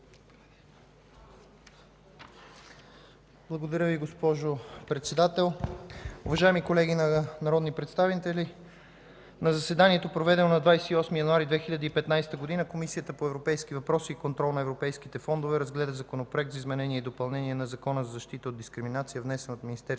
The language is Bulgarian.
Благодаря Ви, госпожо Председател. Уважаеми колеги народни представители! „На заседанието, проведено на 28 януари 2015 г., Комисията по европейските въпроси и контрол на европейските фондове разгледа Законопроекта за изменение и допълнение на Закона за защита от дискриминация, внесен от Министерски